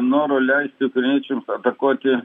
noro leisti ukrainiečiams atakuoti